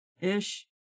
Ish